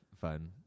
fun